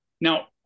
Now